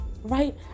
right